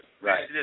Right